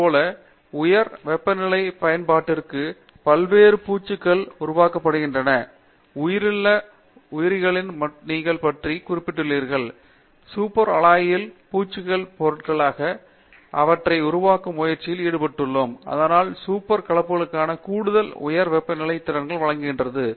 இதேபோல் உயர் வெப்பநிலை பயன்பாடுகளுக்கு பல்வேறு பூச்சுகள் உருவாக்கப்படுகின்றன உயிருள்ள உயிரினங்களின் உயிர்களைப் பற்றி நீங்கள் குறிப்பிட்டுள்ளீர்கள் சூப்பர் அலாய்ஸில் பூச்சுப் பொருள்களாக அவற்றை உருவாக்கும் முயற்சியில் ஈடுபட்டுள்ளனர் இதனால் சூப்பர் கலப்புக்களுக்கான கூடுதல் உயர் வெப்பநிலை திறன்களை வழங்குகிறது